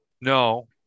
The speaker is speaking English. no